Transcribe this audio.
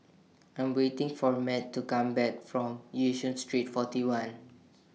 I'm waiting For Math to Come Back from Yishun Street forty one